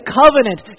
covenant